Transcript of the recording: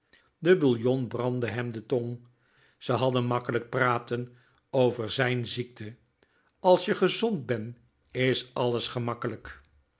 de bouillon brandde hem de tong ze hadden makkelijk praten over zijn ziekte als je gezond ben is alles makkelijk